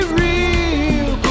real